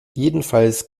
jedenfalls